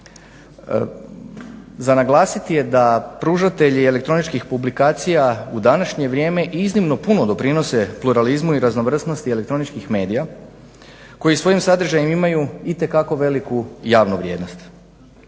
Za naglasiti je da pružatelji elektroničkih publikacija u današnje vrijeme iznimno puno doprinose pluralizmu i raznovrsnosti elektroničkih medija koji svojim sadržajem imaju itekako veliku javnu vrijednost.